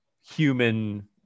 human